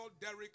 Derek